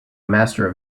master